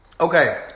Okay